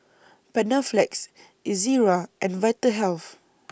Panaflex Ezerra and Vitahealth